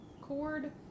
Cord